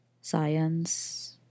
science